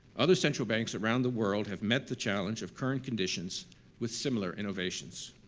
other central banks around the world have met the challenge of current conditions with similar innovations.